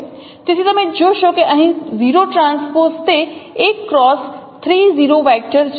તેથી તમે જોશો કે અહીં 0 ટ્રાન્સપોઝ તે 1 ક્રોસ 3 0 વેક્ટર છે